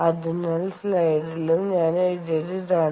അതിനാൽ സ്ലൈഡിലും ഞാൻ എഴുതിയത് ഇതാണ്